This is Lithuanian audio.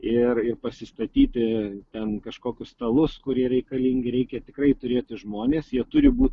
ir ir pasistatyti ten kažkokius stalus kurie reikalingi reikia tikrai turėti žmones jie turi būt